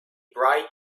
bright